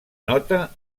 nota